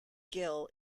gill